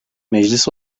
meclis